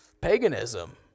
paganism